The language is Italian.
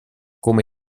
come